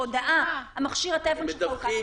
הודעה מכשיר הטלפון שלך אוכן.